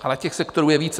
Ale těch sektorů je více.